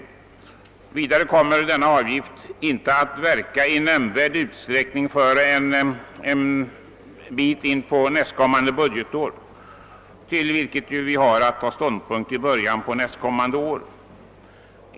Denna avgiftsökning kommer inte heller att slå igenom i nämnvärd utsträckning förrän ett stycke in på nästföljande budgetår, till vilket vi har att ta ställning i början av nästa kalenderår.